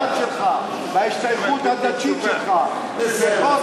בדת שלך, בהשתייכות הדתית שלך, בסדר.